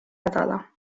nädala